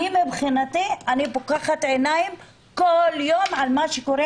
מבחינתי אני פוקחת עיניים כל יום על מה שקורה